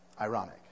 Ironic